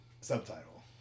Subtitle